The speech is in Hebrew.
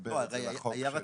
לחבר את זה לחוק.